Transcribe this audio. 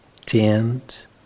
tend